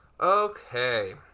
Okay